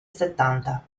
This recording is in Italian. settanta